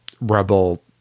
rebel